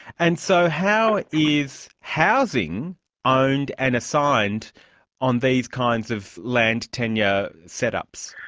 and so how is housing owned and assigned on these kinds of land tenure setups?